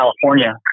California